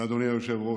אדוני היושב-ראש,